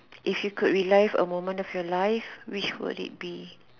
if you could relive a moment of your life which will it be